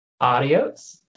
Adios